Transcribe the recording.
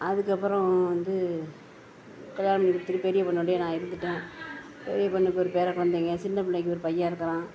அதுக்கப்புறம் வந்து கல்யாணம் பண்ணி கொடுத்துட்டு பெரிய பொண்ணோடேயே நான் இருந்துவிட்டேன் பெரிய பொண்ணுக்கு ஒரு பேர குழந்தைங்க சின்ன பிள்ளைக்கு ஒரு பையன் இருக்கிறான்